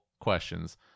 questions